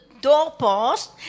doorpost